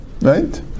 right